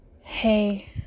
Hey